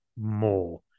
more